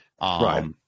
Right